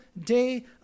day